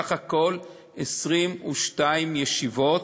ובסך הכול 22 ישיבות.